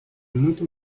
muito